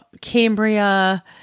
Cambria